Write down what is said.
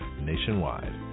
nationwide